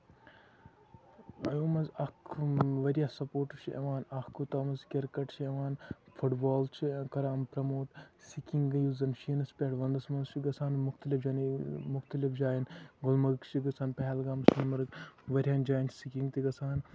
یِمو منٛز اکھ واریاہ سَپوٹٕس چھِ یِوان اکھ گوٚو تَتھ منٛز کِرکٹ چھِ یِوان فُٹ بال چھِ کران پراموٹ سِکِنگ یُس زَن شیٖنَس پٮ۪ٹھ وَندَس منٛز چھ گژھان مُختٔلِف جاین مُختلف جاین گُلمَرٕگ چھِ گژھان پہلگام سوٚنمَرٕگ واریاہن جاین چھِ سِکِنگ تہِ گژھان